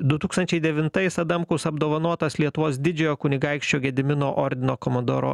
du tūkstančiai devintais adamkaus apdovanotas lietuvos didžiojo kunigaikščio gedimino ordino komandoro